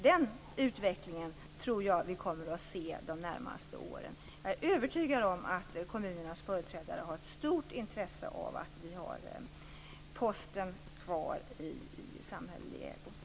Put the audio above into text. Den utvecklingen tror jag att vi kommer att se under de närmaste åren. Jag är övertygad om att kommunernas företrädare har ett stort intresse av att vi har Posten kvar i samhällelig ägo.